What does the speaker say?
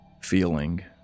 feeling